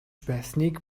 байсныг